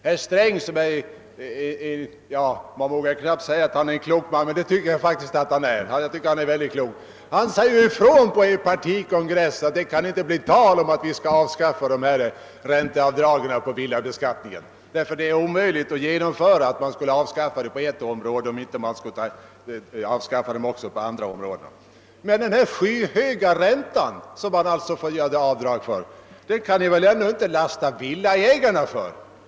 Jag vet inte om jag vågar säga det, men jag tycker faktiskt att herr Sträng är en klok man. Han sade på den socialdemokratiska partikongressen ifrån att det inte kan bli tal om att avskaffa ränteavdragen i villabeskattningen. Det är omöjligt att avskaffa dessa avdrag på ett område utan att också göra det på andra. Men den skyhöga ränta, som man nu får göra avdrag för, kan vil ändå inte villaägarna lastas för.